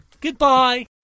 Goodbye